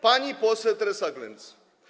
Pani poseł Teresa Glenc.